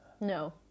No